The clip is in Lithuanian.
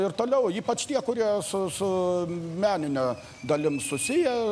ir toliau ypač tie kurie su su menine dalim susiję